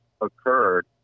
occurred